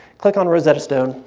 click on rosetta stone,